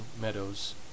meadows